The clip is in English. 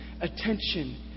attention